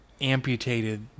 amputated